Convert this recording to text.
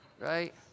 right